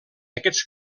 aquests